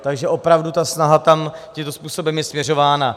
Takže opravdu ta snaha tam tímto způsobem je směřována.